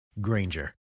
Granger